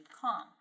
calm